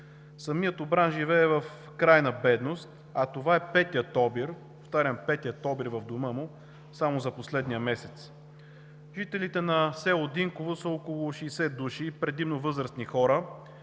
Самият обран живее в крайна бедност, а това е петият обир, повтарям, петият обир в дома му само за последния месец. Жителите на село Динково са около 60 души, предимно възрастни хора,